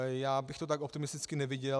Já bych to tak optimisticky neviděl.